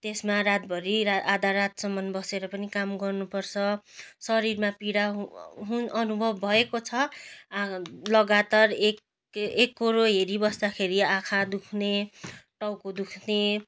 त्यसमा रातभरि आधा रातसम्म बसेर पनि काम गर्नु पर्छ शरीरमा पीडा हुन अनुभव भएको छ लगातार एक एकोहोरो हेरिबस्दाखेरि आँखा दुख्ने टाउको दुख्ने